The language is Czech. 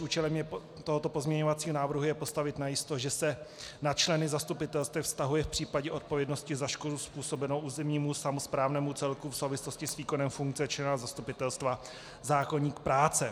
Účelem tohoto pozměňovacího návrhu je postavit najisto, že se na členy zastupitelstev vztahuje v případě odpovědnosti za škodu způsobenou územnímu samosprávnému celku v souvislosti s výkonem funkce člena zastupitelstva zákoník práce.